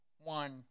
one